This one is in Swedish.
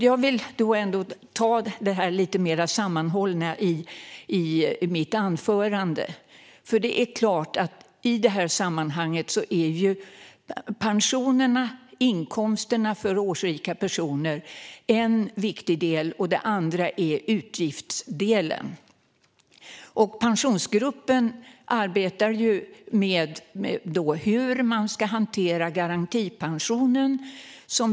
Jag vill ändå ta detta lite mer sammanhållet i mitt anförande. I det här sammanhanget är pensionerna, inkomsterna för årsrika personer, en viktig del. Den andra är utgiftsdelen. Pensionsgruppen arbetar ju med hur man ska hantera garantipensionen.